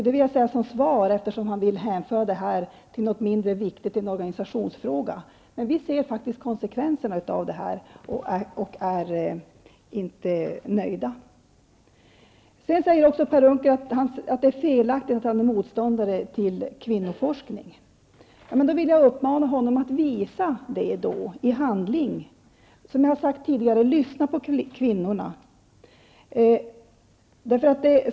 Det vill jag säga som svar, eftersom han vill hänföra detta till någonting mindre viktigt, en organisationsfråga. Vi ser faktiskt konsekvenserna av detta och är inte nöjda. Per Unckel säger också att det är fel att han är motståndare till kvinnoforskning. Då vill jag uppmana honom att visa det i handling. Som jag sagt förut: Lyssna till kvinnorna!